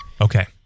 okay